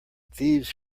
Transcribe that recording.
thieves